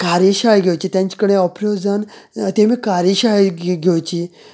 कार्यशाळा घेवची तांचे कडेन अप्रोच जावन तेमी कार्यशाळा घे घेवची